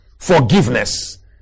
forgiveness